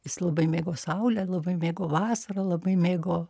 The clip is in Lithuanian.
jis labai mėgo saulę labai mėgo vasarą labai mėgo